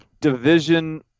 division